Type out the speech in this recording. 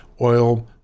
oil